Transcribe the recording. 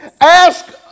Ask